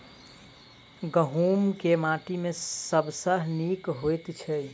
गहूम केँ माटि मे सबसँ नीक होइत छै?